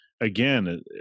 Again